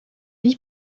vie